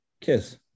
Kiss